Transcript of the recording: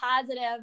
positive